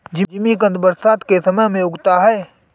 जिमीकंद बरसात के समय में उगता है